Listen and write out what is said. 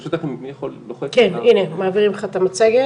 (הצגת מצגת)